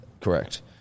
Correct